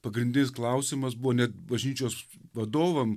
pagrindinis klausimas buvo net bažnyčios vadovam